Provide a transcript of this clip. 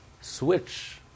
switch